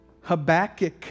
Habakkuk